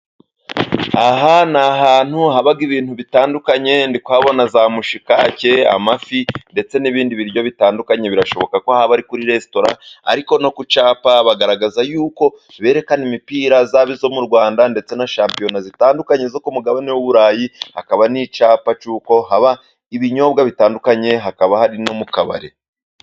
Aha ni ahantu haba ibintu bitandukanye, ndi kubona za mushikake, amafi ndetse n'ibindi biryo bitandukanye. Birashoboka ko haba kuri resitora, ariko no ku cyapa bagaragaza y'uko berekana imipira, yaba iyo mu Rwanda, ndetse na shampiyona zitandukanye zo ku mugabane w'u Burayi. Hakaba n'icyapa cy'uko haba ibinyobwa bitandukanye, hakaba hari no mu kabari.